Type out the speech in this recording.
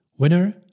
Winner